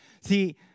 See